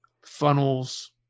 funnels